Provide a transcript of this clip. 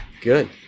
Good